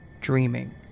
dreaming